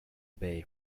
bay